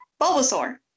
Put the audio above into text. Bulbasaur